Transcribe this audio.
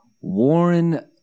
warren